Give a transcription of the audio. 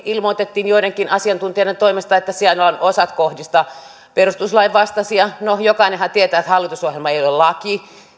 ilmoitettiin joidenkin asiantuntijoiden toimesta että siellä on osa kohdista perustuslain vastaisia no jokainenhan tietää että hallitusohjelma ei ole laki